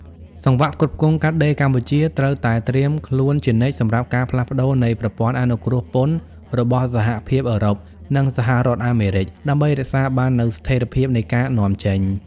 សង្វាក់ផ្គត់ផ្គង់កាត់ដេរកម្ពុជាត្រូវតែត្រៀមខ្លួនជានិច្ចសម្រាប់ការផ្លាស់ប្តូរនៃប្រព័ន្ធអនុគ្រោះពន្ធរបស់សហភាពអឺរ៉ុប និងសហរដ្ឋអាមេរិក ដើម្បីរក្សាបាននូវស្ថិរភាពនៃការនាំចេញ។